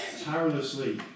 tirelessly